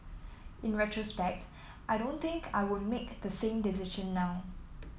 in retrospect I don't think I would make the same decision now